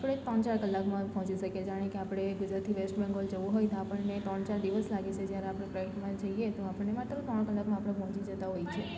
આપણે ત્રણ ચાર કલાકમાં પહોંચી શકીએ જાણે કે આપણે ગુજરાતથી વેસ્ટ બેંગોલ જવું હોય તો આપણને ત્રણ ચાર દિવસ લાગે છે જ્યારે આપણે ફ્લાઇટમાં જઈએ તો આપણે માત્ર ત્રણ કલાકમાં આપણે પહોંચી જતા હોય છે